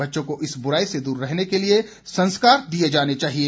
बच्चों को इस बुराई से दूर रहने के संस्कार दिए जाने चाहिए